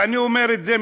ואני אומר את זה,